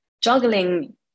juggling